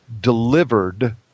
delivered